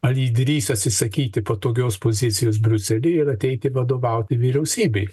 ar ji drįs atsisakyti patogios pozicijos briusely ir ateiti vadovauti vyriausybei